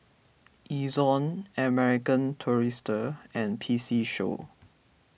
Ezion American Tourister and P C Show